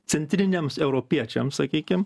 centriniams europiečiams sakykim